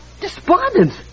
Despondent